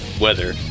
weather